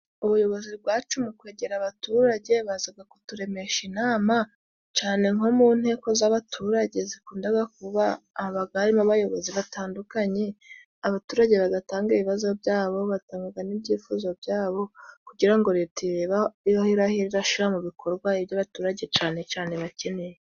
Ubuyobozi bwacu ni ukwegera abaturage. Bazaga kuturemesha inama cane nko mu nteko z'abaturage, zakundaga kuba, habaga harimo abayobozi batandukanye, abaturage bagatanga ibibazo byabo, batangagaga n'byifuzo byabo kugira ngo leta irebe aho irahera irashira mu bikorwa iby'abaturage cane cane bakeneye.